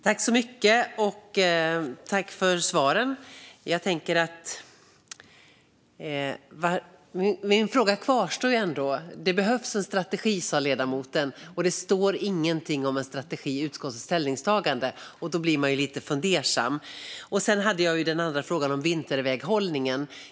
Fru talman! Jag tackar för svaren. Min fråga kvarstår. Det behövs en strategi, sa ledamoten. Det står ingenting om en strategi i utskottets ställningstagande, och då blir man lite fundersam. Sedan hade jag frågan om vinterväghållningen.